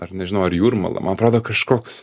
ar nežinau ar jūrmala man atrodo kažkoks